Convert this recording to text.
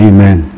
Amen